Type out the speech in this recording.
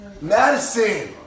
Madison